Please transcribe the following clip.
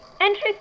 Entry